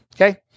okay